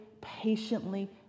patiently